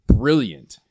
brilliant